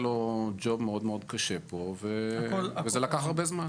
היה לו ג'וב מאוד קשה פה וזה לקח הרבה זמן.